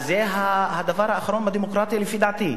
אז זה הדבר האחרון בדמוקרטיה לפי דעתי.